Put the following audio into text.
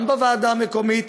גם בוועדה המקומית,